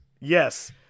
Yes